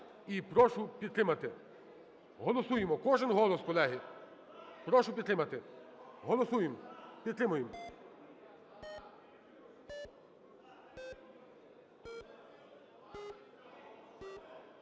і прошу підтримати. Голосуємо! Кожен голос, колеги. Прошу підтримати. Голосуємо, підтримуємо!